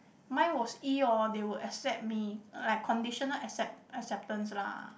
mine was E hor they would accept me like conditional accept acceptance lah